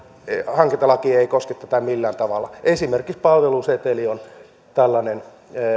hankintalaki ei koske tätä millään tavalla esimerkiksi palveluseteli on tällainen